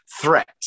threat